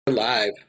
live